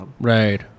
Right